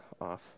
off